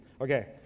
Okay